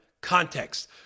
Context